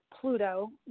Pluto